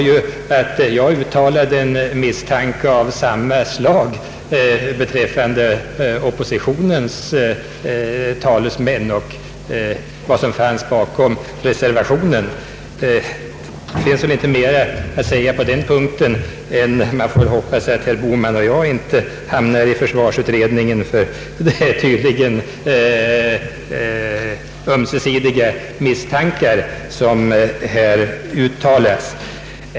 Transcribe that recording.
Ja, jag uttalade ju en misstanke av samma slag när det gäller oppositionens talesmän och tankegångarna bakom reservationen. Det är väl inte mera att säga på den punkten än att man får hoppas att herr Bohman och jag inte hamnar i försvarsutredningen, eftersom vi här tydligen uttalar ömsesidiga misstankar.